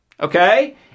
okay